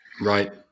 Right